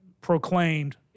proclaimed